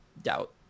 doubt